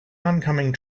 oncoming